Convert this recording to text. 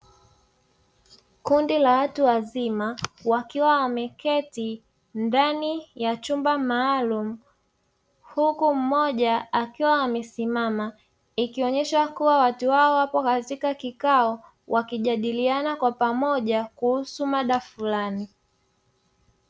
Kundi la watu wazima wakiwa wameketi ndani ya chumba maalumu huku mmoja akiwa amesimama, ikionyesha kuwa watu hawa wapo katika kikao wakijadiliana kwa pamoja kuhusu mada fulani.